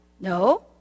No